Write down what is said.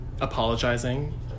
apologizing